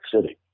City